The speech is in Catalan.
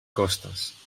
costes